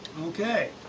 okay